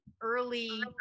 early